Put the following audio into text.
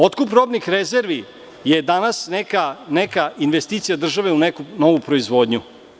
Otkup robnih rezervi je danas neka investicija države u neku novu proizvodnju.